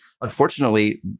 unfortunately